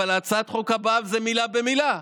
אבל הצעת החוק הבאה היא מילה במילה,